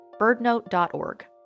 birdnote.org